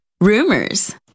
rumors